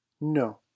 No